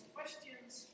Questions